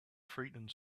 frightening